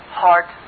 heart